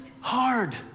hard